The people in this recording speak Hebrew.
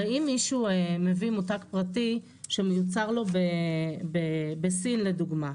הרי אם מישהו מביא מותג פרטי שמיוצר לו בסין לדוגמה,